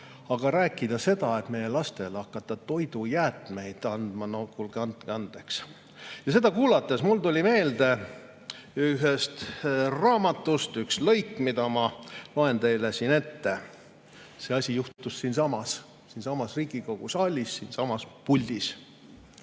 Aga rääkida seda, et meie lastele hakata toidujäätmeid andma. No kuulge, andke andeks! Seda kuulates mul tuli meelde ühest raamatust üks lõik, mille ma loen teile siin ette. See asi juhtus siinsamas, siinsamas Riigikogu saalis, siinsamas puldis.